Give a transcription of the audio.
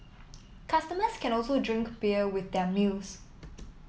customers can also drink beer with their meals